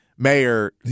Mayor